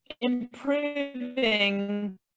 improving